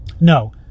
No